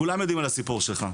כולם יודעים על הסיפור שלך.